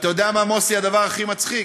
אתה יודע, מה, מוסי, הדבר הכי מצחיק?